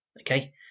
Okay